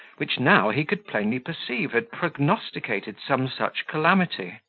which now he could plainly perceive had prognosticated some such calamity.